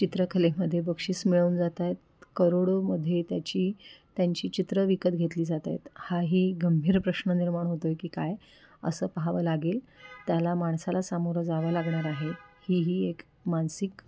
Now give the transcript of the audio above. चित्रकलेमध्ये बक्षीस मिळवून जात आहेत करोडोमध्ये त्याची त्यांची चित्र विकत घेतली जात आहेत हाही गंभीर प्रश्न निर्माण होतो आहे की काय असं पाहावं लागेल त्याला माणसाला सामोरं जावं लागणार आहे हीही एक मानसिक